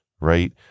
right